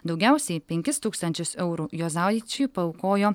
daugiausiai penkis tūkstančius eurų juozaičiui paaukojo